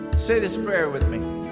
say this prayer with me.